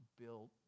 built